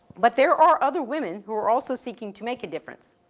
but there are other women who are also seeking to make a difference.